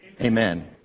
Amen